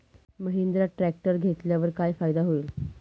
Mahindra tractor घेतल्यावर काय फायदा होईल?